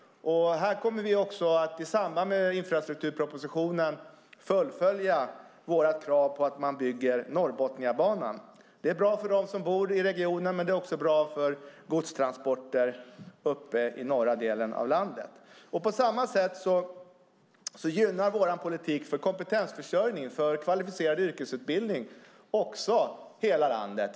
Här kommer vi också att i samband med infrastrukturpropositionen fullfölja våra krav på att man bygger Norrbotniabanan. Det är bra för dem som bor i regionen, men det är också bra för godstransporterna i den norra delen av landet. På samma sätt gynnar vår politik för kompetensförsörjning och kvalificerad yrkesutbildning hela landet.